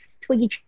twiggy